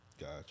Gotcha